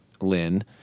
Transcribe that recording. Lynn